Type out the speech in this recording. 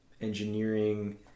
engineering